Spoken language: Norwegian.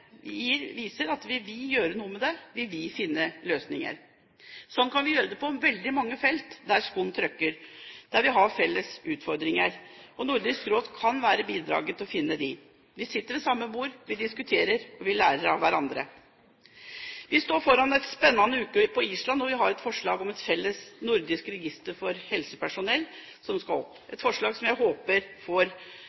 viser at vi vil gjøre noe med dette; vi vil finne løsninger. Slik kan vi gjøre det på veldig mange felt der skoen trykker, og der vi har felles utfordringer som Nordisk Råd kan være bidragsyter til å finne. Vi sitter ved samme bord, vi diskuterer, og vi lærer av hverandre. Vi står foran en spennende uke på Island. Vi har et forslag om et felles nordisk register for helsepersonell som skal tas opp